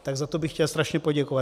Tak za to bych chtěl strašně poděkovat.